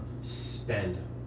spend